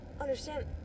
understand